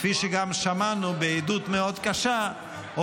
כפי שגם שמענו בעדות מאוד קשה,